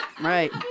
right